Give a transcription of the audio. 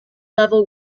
level